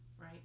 right